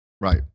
Right